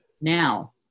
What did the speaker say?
Now